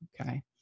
Okay